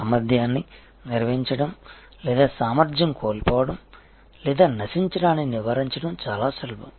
సామర్థ్యాన్ని నిర్వహించడం లేదా సామర్థ్యం కోల్పోవడం లేదా నశించడాన్ని నివారించడం చాలా సులభం